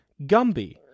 Gumby